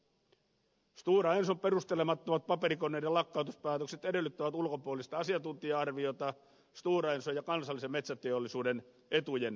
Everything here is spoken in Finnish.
stora enson perustelemattomat paperikoneiden lakkautuspäätökset edellyttävät ulkopuolista asiantuntija arviota stora enson ja kansallisen metsäteollisuuden etujen eroavuudesta